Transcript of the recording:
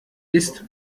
ist